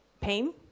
Pain